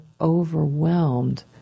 overwhelmed